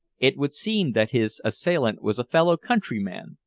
it would seem that his assailant was a fellow-countryman,